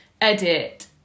edit